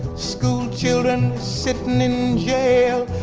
school children sitting in jail.